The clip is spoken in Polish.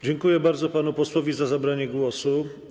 Dziękuję bardzo panu posłowi za zabranie głosu.